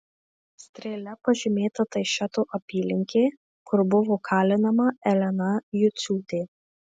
strėle pažymėta taišeto apylinkė kur buvo kalinama elena juciūtė